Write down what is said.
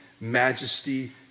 majesty